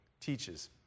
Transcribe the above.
teaches